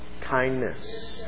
kindness